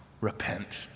repent